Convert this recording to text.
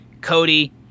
Cody